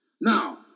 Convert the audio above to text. Now